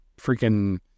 freaking